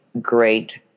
great